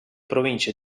province